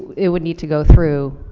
it would need to go through